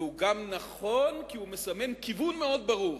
והוא גם נכון כי הוא מסמן כיוון מאוד ברור